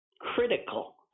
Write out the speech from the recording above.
critical